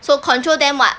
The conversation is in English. so control them what